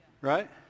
Right